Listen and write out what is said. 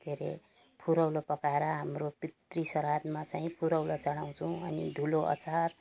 के अरे फुरौलो पकाएर हाम्रो पितृ श्राद्धमा चाहिँ फुरौलो चढाउँछौँ अनि धुलो अचार